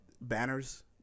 banners